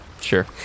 Sure